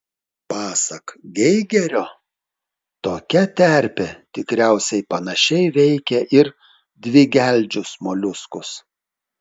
pasak geigerio tokia terpė tikriausiai panašiai veikia ir dvigeldžius moliuskus